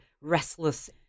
restless